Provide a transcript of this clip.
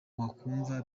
wakumva